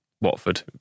Watford